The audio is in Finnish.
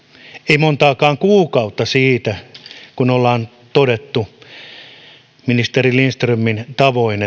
ei ole montakaan kuukautta siitä kun ollaan todettu ministeri lindströmin tavoin